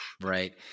Right